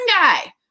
guy